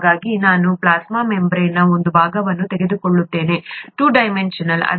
ಹಾಗಾಗಿ ನಾನು ಪ್ಲಾಸ್ಮಾ ಮೆಂಬರೇನ್ನ ಒಂದು ಭಾಗವನ್ನು ತೆಗೆದುಕೊಳ್ಳುತ್ತಿದ್ದೇನೆ ಟು ಡೈಮೆನ್ಷನಲ್ ವ್ಯೂ